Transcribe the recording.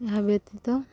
ଏହା ବ୍ୟତୀତ